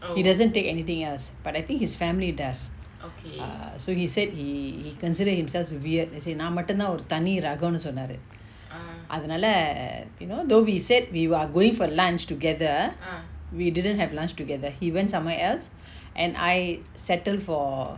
he doesn't take anything else but I think his family does err so he said he he consider himself weird as I நா மட்டுதா ஒரு தனி:na mattutha oru thani rako ன்னு சொன்னாரு அதனால:nu sonnaru athanala err you know though he said we are going for lunch together we didn't have lunch together he went somewhere else and I settled for